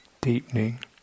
deepening